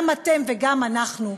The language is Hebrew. גם אתם וגם אנחנו,